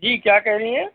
जी क्या कह रही हैं